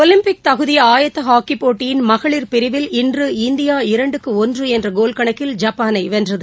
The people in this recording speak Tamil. ஒலிப்பிக் தகுதி ஆயத்த ஹாக்கி போட்டியின் மகளிர் பிரிவில் இன்று இந்தியா இரண்டுக்கு ஒன்று என்ற கோல் கணக்கில் ஜப்பானை வென்றது